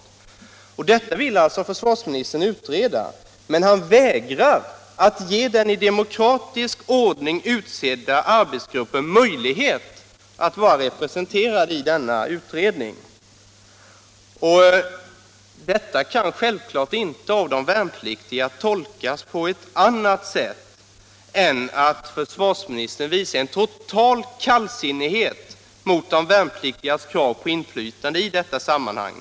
För 31 mars 1977 svarsministern vill visserligen utreda detta, men han vägrar at geden Lo i demokratisk ordning utsedda arbetsgruppen möjlighet att vara repre = Om tilläggsdirektisenterad i utredningen. Självfallet kan detta inte av de värnpliktiga tolkas — ven till utredningen på annat sätt än att försvarsministern visar en total kallsinnighet mot — om formerna m.m. de värnpliktigas krav på inflytande i detta sammanhang.